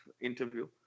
interview